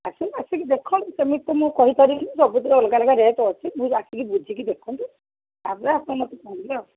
ଆସନ୍ତୁ ଆସିକି ଦେଖନ୍ତୁ ସେମିତି ମୁଁ କହିପାରିବିନି ସବୁଥିରେ ଅଲଗା ଅଲଗା ରେଟ୍ ଅଛି ମୁଁ ଆସିକି ବୁଝିକି ଦେଖନ୍ତୁ ତା'ପରେ ଆପଣ ମତେ କହିବେ ଆଉ